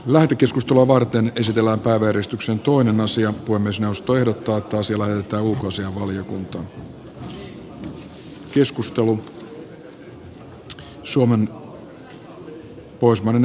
lähetekeskustelua varten lisätilaa tai veristuksen tuoda asia kuin myös puhemiesneuvosto ehdottaa että asia lähetetään ulkoasiainvaliokuntaan